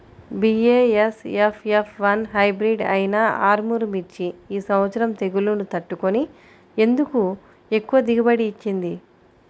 BASF F one hybrid అయినా ఆర్ముర్ మిర్చి ఈ సంవత్సరం తెగుళ్లును తట్టుకొని ఎందుకు ఎక్కువ దిగుబడి ఇచ్చింది?